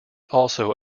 also